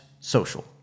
social